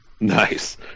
Nice